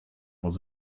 was